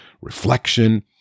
reflection